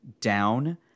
down